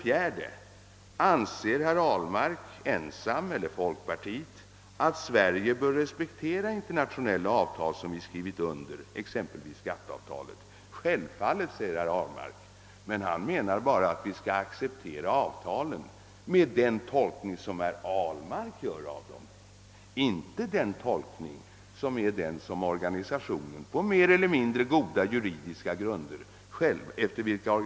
Vidare: Anser herr Ahlmark ensam, eller folkpartiet, att Sverige bör respektera internationella avtal som vi skrivit under, exempelvis GATT-avtalet? Självfallet, svarar herr Ahlmark, men han menar bara att vi skall acceptera avtalen med den tolkning som han ger dem, inte med den tolkning som organisationen på mer eller mindre goda juridiska grunder själv tillämpar.